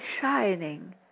shining